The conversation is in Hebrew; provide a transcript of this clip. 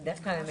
יש לך את